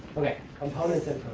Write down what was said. ok, components and